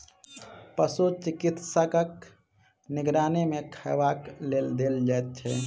पशु चिकित्सकक निगरानी मे खयबाक लेल देल जाइत छै